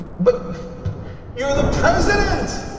but you are the president.